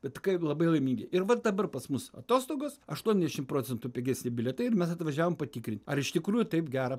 bet kaip labai laimingi ir va dabar pas mus atostogos aštuoniašim procentų pigesni bilietai ir mes atvažiavom patikrint ar iš tikrųjų taip gera